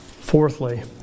Fourthly